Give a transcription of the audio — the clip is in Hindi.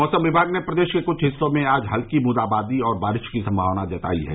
मौसम विभाग ने प्रदेश के कुछ हिस्सों में आज हल्की बूंदाबांदी और बारिश की सम्भावना जताई है